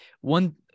one